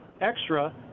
extra